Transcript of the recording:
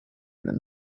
than